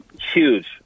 huge